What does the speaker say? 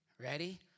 ready